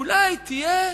אולי תהיה,